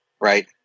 right